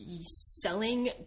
selling